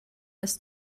das